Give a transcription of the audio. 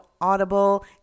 Audible